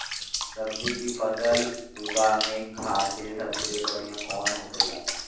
सब्जी की फसल उगा में खाते सबसे बढ़ियां कौन होखेला?